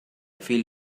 feel